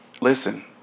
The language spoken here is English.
listen